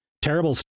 terrible